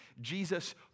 Jesus